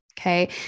Okay